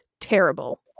Terrible